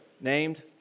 named